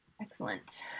Excellent